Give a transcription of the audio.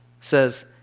says